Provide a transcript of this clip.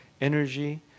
energy